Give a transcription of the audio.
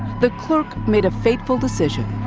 the clerk made a fateful decision.